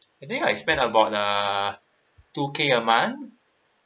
I think I spend about uh two K a month